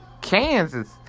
Kansas